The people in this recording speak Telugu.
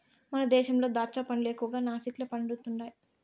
మన దేశంలో దాచ్చా పండ్లు ఎక్కువగా నాసిక్ల పండుతండాయి